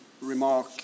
remark